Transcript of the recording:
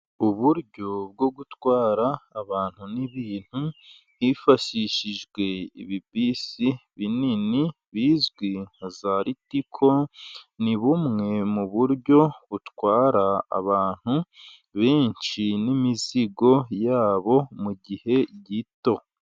Uburyo bwo gutwara abantu n'ibintu hifashishijwe ibibisi binini bizwi nka za Litico ni bumwe mu buryo butwara abantu benshi n'imizigo yabo mu gihe gito.